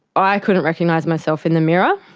i couldn't recognise myself in the mirror.